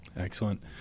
Excellent